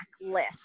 list